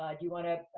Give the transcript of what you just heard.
do you wanna,